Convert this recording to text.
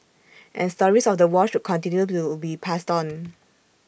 and stories of the war should continue to be passed on